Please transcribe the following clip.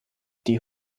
die